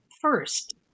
first